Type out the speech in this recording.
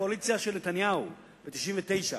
הקואליציה של נתניהו ב-1999.